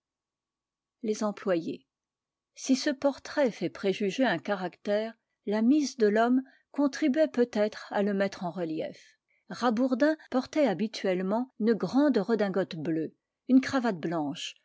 dandy b si ce portrait fait préjuger un caractère la mise de l'homme contribuait peut-être à le mettre en relief rabourdin portait habituellement une grande redingote bleue une cravate blanche